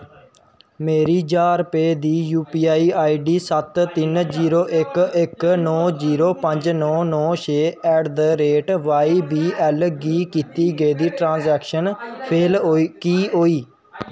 मेरी ज्हार रपेऽ दी U P I I D सत्त तिन्न जीरो इक इक नौ जीरो पंज नौ नौ छे at the rate Y B L गी कीती गेदी ट्रांजैक्शन फेल होई की होई